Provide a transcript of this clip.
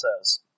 says